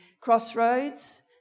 crossroads